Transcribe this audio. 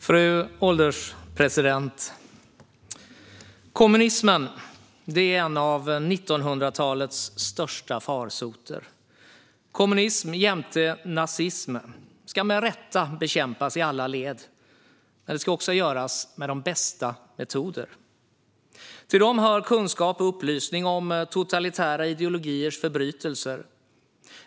Fru ålderspresident! Kommunismen är en av 1900-talets största farsoter. Kommunism jämte nazism ska med rätta bekämpas i alla led, och det ska göras med de bästa metoder. Till dem hör kunskap och upplysning om totalitära ideologiers förbrytelser.